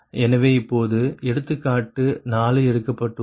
எனவே இப்பொழுது எடுத்துக்காட்டு 4 எடுக்கப்பட்டுள்ளது